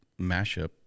mashup